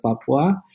Papua